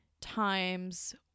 times